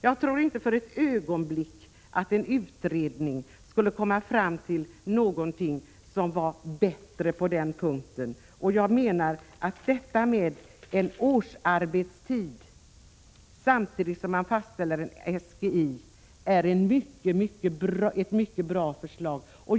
Jag tror inte för ett ögonblick att en utredning skulle komma fram till någonting som var bättre på denna punkt, och jag menar att detta med en årsarbetstid samtidigt som man fastställer en SGI är ett mycket bra förslag.